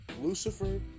Lucifer